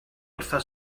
wrtho